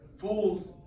fool's